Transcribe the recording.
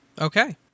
okay